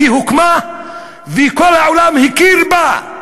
היא הוקמה וכל העולם הכיר בה.